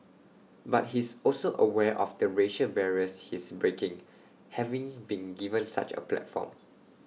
but he's also aware of the racial barriers he's breaking having been given such A platform